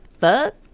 fuck